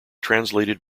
translated